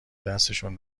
دستشون